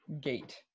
gate